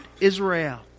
Israel